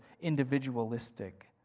individualistic